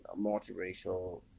multiracial